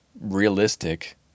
realistic